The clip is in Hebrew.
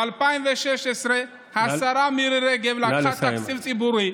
ב-2016 השרה מירי רגב לקחה תקציב ציבורי,